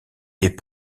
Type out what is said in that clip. est